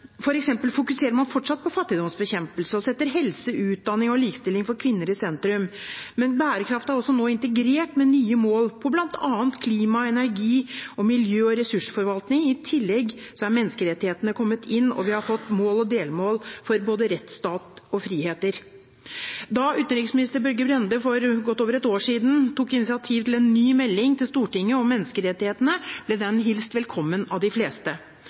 fokuserer man fortsatt på fattigdomsbekjempelse og setter helse, utdanning og likestilling for kvinner i sentrum. Men bærekraft er også nå integrert med nye mål for bl.a. klima, energi og miljø og ressursforvaltning. I tillegg er menneskerettighetene kommet inn, og vi har fått mål og delmål for både rettsstat og friheter. Da utenriksminister Børge Brende for godt over et år siden tok initiativ til en ny melding til Stortinget om menneskerettighetene, ble den hilst velkommen av de fleste.